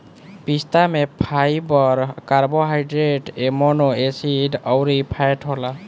पिस्ता में fibre, carbohydrate, amino acid अउरी फैट होला